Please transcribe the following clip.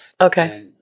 Okay